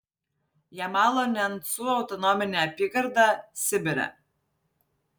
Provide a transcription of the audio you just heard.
jamalo nencų autonominė apygarda sibire